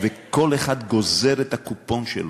וכל אחד גוזר את הקופון שלו,